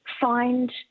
find